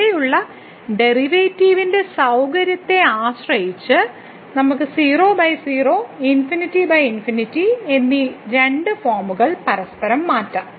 അവിടെയുള്ള ഡെറിവേറ്റീവിന്റെ സൌകര്യത്തെ ആശ്രയിച്ച് നമുക്ക് 00 ∞∞ എന്നീ രണ്ട് ഫോമുകൾ പരസ്പരം മാറ്റാം